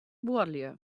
buorlju